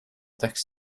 text